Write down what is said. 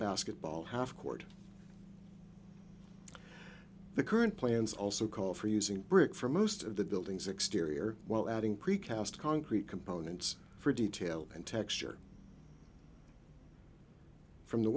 about ball half cord the current plans also call for using brick for most of the buildings exterior while adding precast concrete components for detail and texture from the